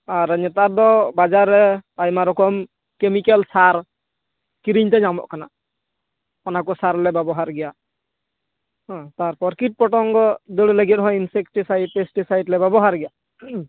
ᱟᱨ ᱱᱮᱛᱟᱨ ᱫᱚ ᱵᱟᱡᱟᱨᱨᱮ ᱟᱭᱢᱟ ᱨᱚᱠᱚᱢ ᱠᱮᱢᱤᱠᱮᱞ ᱥᱟᱨ ᱠᱤᱨᱤᱧ ᱫᱟᱹ ᱧᱟᱢᱚᱜ ᱠᱟᱱᱟ ᱚᱱᱟᱠᱚ ᱥᱟᱨᱞᱮ ᱵᱮᱵᱚᱦᱟᱨ ᱜᱮᱭᱟ ᱦᱩᱸ ᱛᱟᱨᱯᱚᱨ ᱠᱤᱴ ᱯᱚᱛᱚᱝᱜᱚ ᱫᱟᱹᱲ ᱞᱟᱹᱜᱤᱫᱽ ᱦᱚᱸᱭ ᱤᱱᱥᱮᱠᱴ ᱥᱟᱭᱤᱴᱯᱮᱥᱴᱮᱥᱟᱭᱤᱰᱞᱮ ᱵᱮᱵᱚᱦᱟᱨ ᱜᱮᱭᱟ ᱩᱸ